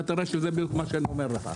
אתה תראה שזה בדיוק מה שאני אומר לך.